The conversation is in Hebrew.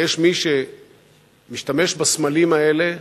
יש מי שמשתמש בסמלים האלה,